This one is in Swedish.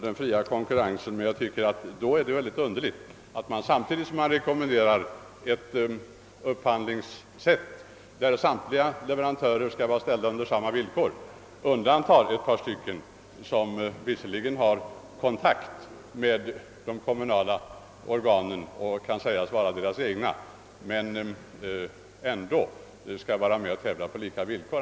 Det är emellertid egendomligt att man, samtidigt som man rekommenderar ett upphandlingssätt som avser att ställa samtliga leverantörer under samma villkor, undantar ett par av dem, som visserligen har kontakt med de kommunala organen och kan sägas vara deras egna men som enligt min mening ändå skall vara med och tävla på lika villkor.